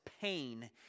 pain